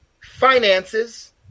finances